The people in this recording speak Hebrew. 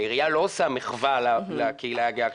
העירייה לא עושה מחווה לקהילה הגאה.